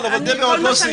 מה שאני